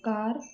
car